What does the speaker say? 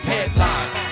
Headlines